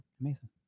amazing